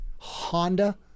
Honda